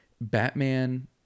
Batman